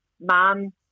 mom